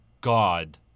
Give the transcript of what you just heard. God